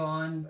on